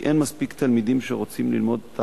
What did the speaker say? כי אין מספיק תלמידים שרוצים ללמוד את